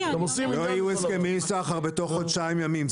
לא יהיו הסכמי סחר בתוך חודשיים ימים,